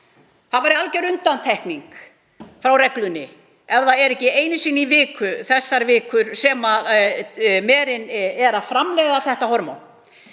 Það væri alger undantekning frá reglunni ef það er ekki einu sinni í viku, þær vikur sem merin framleiðir þetta hormón.